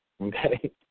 Okay